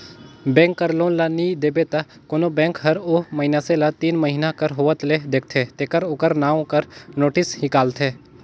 bank कर loan ल नी देबे त कोनो बेंक हर ओ मइनसे ल तीन महिना कर होवत ले देखथे तेकर ओकर नांव कर नोटिस हिंकालथे